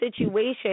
situation